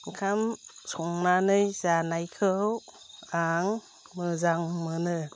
ओंखाम संनानै जानायखौ आं मोजां मोनो